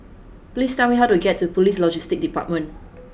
please tell me how to get to Police Logistics Department